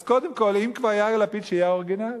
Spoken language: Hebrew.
אז קודם כול, אם כבר יאיר לפיד, שיהיה האוריגינל.